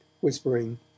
whispering